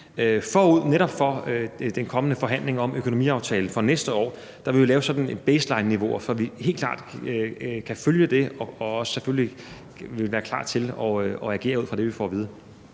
for netop den kommende forhandling om en økonomiaftale for næste år lave sådan nogle baselineniveauer, så vi helt klart kan følge det og selvfølgelig også vil være klar til at agere ud fra det, vi får at vide.